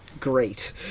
great